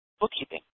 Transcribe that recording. bookkeeping